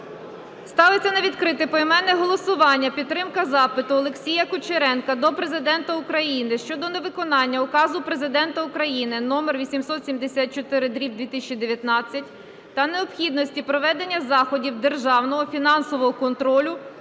Ставиться на відкрите поіменне голосування підтримка запиту Олексія Кучеренка до Президента України щодо невиконання Указу Президента України №874/2019 та необхідності проведення заходів державного фінансового контролю